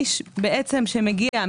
איש שמגיע,